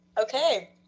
okay